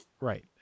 Right